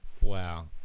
Wow